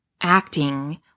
acting